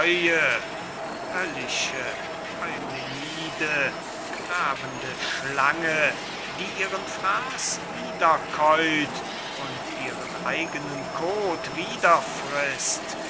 höllische eumenide grabende schlange die ihren fraß wiederkäut und ihren eigenen koth wiederfrißt